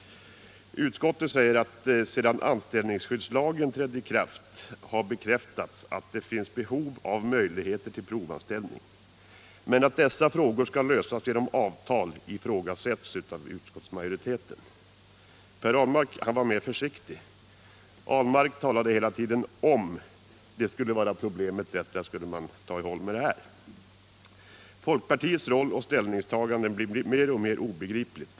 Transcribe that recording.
Utskottet säger i sitt betänkande: ”Utvecklingen sedan anställningsskyddslagen trädde i kraft har bekräftat att det finns behov av möjligheter till provanställning.” Att denna fråga skall lösas genom avtal ifrågasätts av utskottsmajoriteten. Per Ahlmark var mer försiktig — han sade hela tiden att om detta skulle vara ett problem, så skulle man ta itu med det. Folkpartiets roll och ställningstagande blir mer och mer obegripliga.